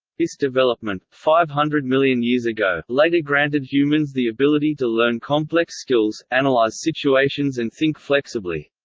this development, five hundred million years ago, later granted humans the ability to learn complex skills, analyse situations and think flexibly.